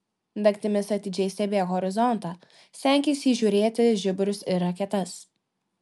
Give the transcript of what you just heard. naktimis atidžiai stebėk horizontą stenkis įžiūrėti žiburius ir raketas